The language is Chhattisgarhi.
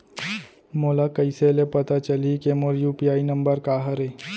मोला कइसे ले पता चलही के मोर यू.पी.आई नंबर का हरे?